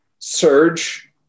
Surge